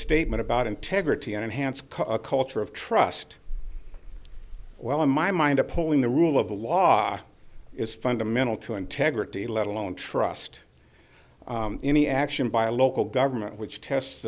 statement about integrity enhance a culture of trust well in my mind a pulling the rule of law is fundamental to integrity let alone trust any action by a local government which tests